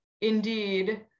indeed